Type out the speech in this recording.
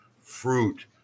fruit